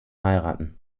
heiraten